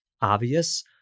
obvious